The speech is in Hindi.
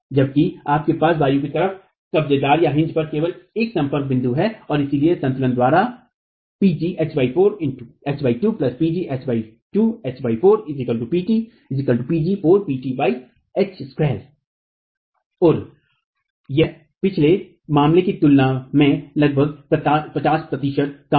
जबकि आपके पास वायु की तरफ कब्जेदारहिन्जकाज पर केवल एक संपर्क बिंदु है और इसलिए संतुलन द्वारा और यह पिछले मामले की तुलना में लगभग 50 प्रतिशत कम है